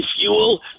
fuel